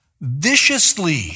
viciously